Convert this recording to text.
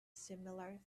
similar